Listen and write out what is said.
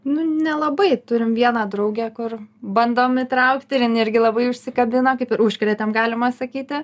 nu nelabai turim vieną draugę kur bandom įtraukti ir jin irgi labai užsikabino kaip ir užkrėtėm galima sakyti